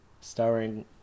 Starring